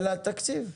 של התקציב.